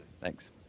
Thanks